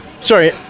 Sorry